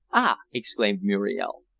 ah! exclaimed muriel.